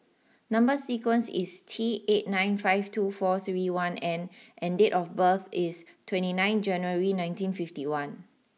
number sequence is T eight nine five two four three one N and date of birth is twenty nine January nineteen fifty one